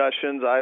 discussions